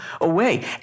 away